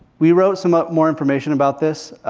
we wrote some ah more information about this